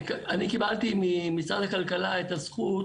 אני קיבלתי ממשרד הכלכלה את הזכות